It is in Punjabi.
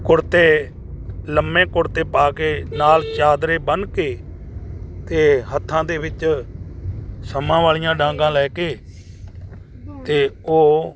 ਕੁੜਤੇ ਲੰਬੇ ਕੁੜਤੇ ਪਾ ਕੇ ਨਾਲ ਚਾਦਰੇ ਬੰਨ ਕੇ ਅਤੇ ਹੱਥਾਂ ਦੇ ਵਿੱਚ ਸੰਮਾਂ ਵਾਲੀਆਂ ਡਾਂਗਾਂ ਲੈ ਕੇ ਅਤੇ ਉਹ